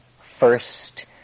first